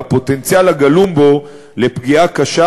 והפוטנציאל הגלום בו לפגיעה קשה,